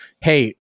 hey